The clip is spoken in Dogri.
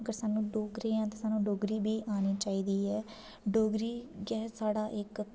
अगर सानू डोगरी आंदी सानू डोगरी बी आनी चाहिदी ऐ डोगरी गै साढ़ा इक